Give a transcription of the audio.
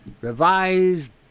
revised